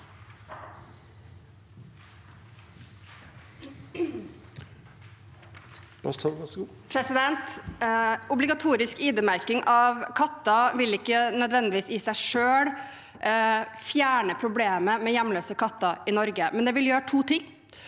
Obligatorisk ID- merking av katter vil ikke nødvendigvis i seg selv fjerne problemet med hjemløse katter i Norge, men det vil gjøre to ting: